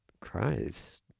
Christ